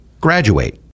graduate